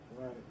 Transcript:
Right